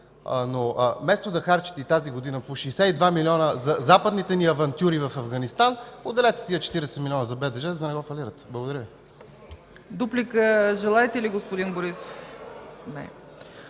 но вместо да харчите и тази година по 62 милиона за западните ни авантюри в Афганистан, отделете тези 40 милиона за БДЖ, за да не го фалирате. Благодаря Ви.